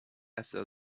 after